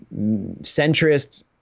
centrist